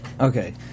Okay